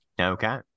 Okay